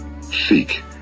Seek